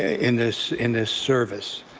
ah in this in this service.